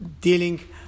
dealing